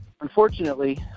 unfortunately